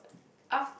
af~